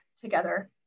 together